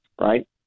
right